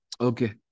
Okay